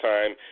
Time